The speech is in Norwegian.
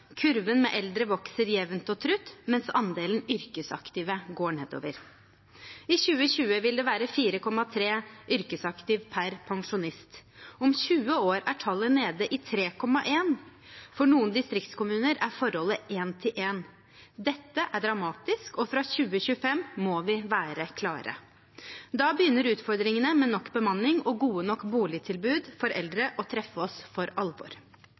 kurven med eldre vokser jevnt og trutt, mens andelen yrkesaktive går nedover. I 2020 vil det være 4,3 yrkesaktive per pensjonist. Om tjue år er tallet nede i 3,1. For noen distriktskommuner er forholdet én til én. Dette er dramatisk, og fra 2025 må vi være klare. Da begynner utfordringene med nok bemanning og gode nok boligtilbud for eldre å treffe oss for alvor.